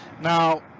Now